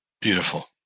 Beautiful